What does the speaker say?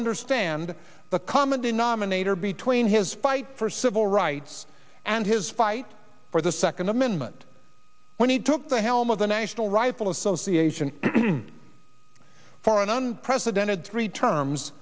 understand the common denominator between his fight for civil rights and his fight for the second amendment when he took the helm of the national rifle association for an unprecedented three terms